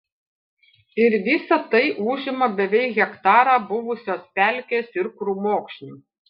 ir visa tai užima beveik hektarą buvusios pelkės ir krūmokšnių